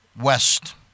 West